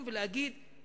שתקום מנהיגות ותאמר: